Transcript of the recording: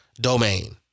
domain